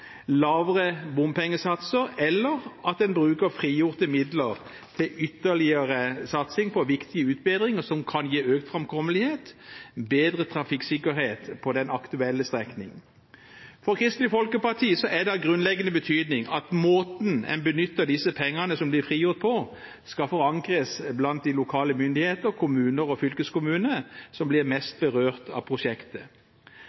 lavere bompengesatser, eller at en bruker frigjorte midler til ytterligere satsing på viktige utbedringer som kan gi økt framkommelighet og bedre trafikksikkerhet på den aktuelle strekningen. For Kristelig Folkeparti er det av grunnleggende betydning at måten en benytter disse pengene som blir frigjort, på, skal forankres blant de lokale myndigheter – kommuner og fylkeskommune – som blir mest berørt av prosjektet.